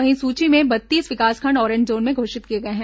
वहीं सूची में बत्तीस विकासखंड ऑरेंज जोन घोषित किए गए हैं